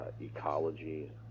ecology